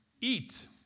eat